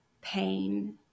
pain